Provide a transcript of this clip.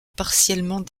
partiellement